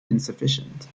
insufficient